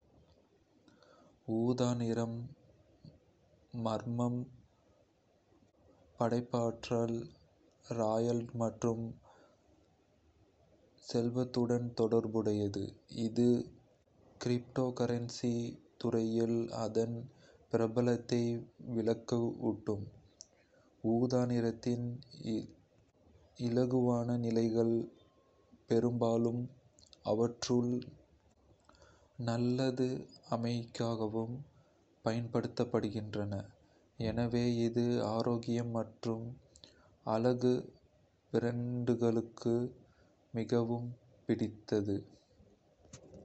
ஊதா நிறம் மர்மம், படைப்பாற்றல், ராயல்டி மற்றும் செல்வத்துடன் தொடர்புடையது, இது கிரிப்டோகரன்சி துறையில் அதன் பிரபலத்தை விளக்கக்கூடும். ஊதா நிறத்தின் இலகுவான நிழல்கள் பெரும்பாலும் ஆற்றவும் அல்லது அமைதியாகவும் பயன்படுத்தப்படுகின்றன, எனவே இது ஆரோக்கியம் மற்றும் அழகு பிராண்டுகளுக்கு மிகவும் பிடித்தது.